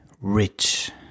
rich